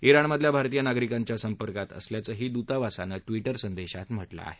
जिणमधल्या भारतीय नागरिकांच्या संपर्कात असल्यावंही द्र्तावासानं ट्विटर संदेशात म्हटलं आहे